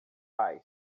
pais